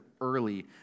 early